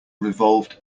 revolved